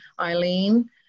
Eileen